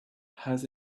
has